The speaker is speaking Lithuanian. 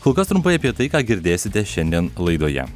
kol kas trumpai apie tai ką girdėsite šiandien laidoje